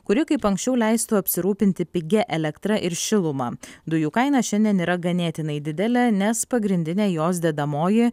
kuri kaip anksčiau leistų apsirūpinti pigia elektra ir šiluma dujų kaina šiandien yra ganėtinai didelė nes pagrindinė jos dedamoji